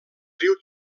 riu